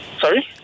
Sorry